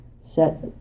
set